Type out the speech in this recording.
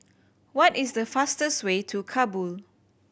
what is the fastest way to Kabul